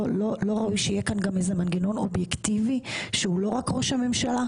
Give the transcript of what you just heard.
לא ראוי שיהיה כאן גם איזה מנגנון אובייקטיבי שהוא לא רק ראש הממשלה?